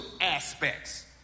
aspects